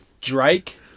Drake